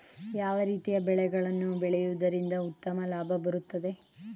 ಯಾವ ರೀತಿಯ ಬೆಳೆಗಳನ್ನು ಬೆಳೆಯುವುದರಿಂದ ಉತ್ತಮ ಲಾಭ ಬರುತ್ತದೆ?